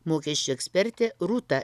mokesčių ekspertė rūta